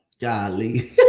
Golly